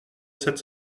sept